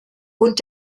und